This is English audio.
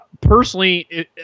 Personally